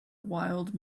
wild